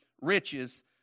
riches